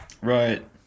Right